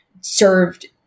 served